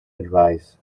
advice